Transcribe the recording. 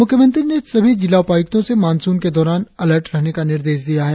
मुख्यमंत्री ने सभी जिला उपायुक्तों से मॉनसून के दौरान अलर्ट रहने का निर्देश दिया है